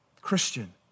Christian